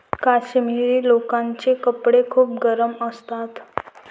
काश्मिरी लोकरचे कपडे खूप गरम असतात